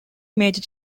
major